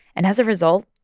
and as a result,